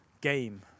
game